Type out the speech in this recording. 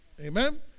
Amen